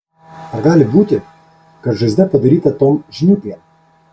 ar gali būti kad žaizda padaryta tom žnyplėm